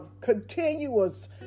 continuous